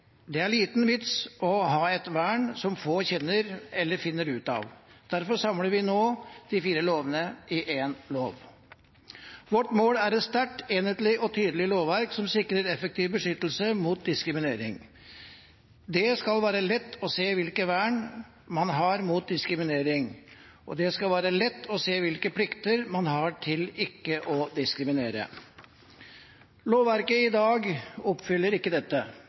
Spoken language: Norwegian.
Det er liten vits i å ha et vern som få kjenner eller finner ut av. Derfor samler vi nå de fire lovene i én lov. Vårt mål er et sterkt, enhetlig og tydelig lovverk som sikrer effektiv beskyttelse mot diskriminering. Det skal være lett å se hvilket vern man har mot diskriminering, og det skal være lett å se hvilke plikter man har til ikke å diskriminere. Lovverket i dag oppfyller ikke dette,